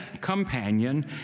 companion